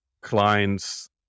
clients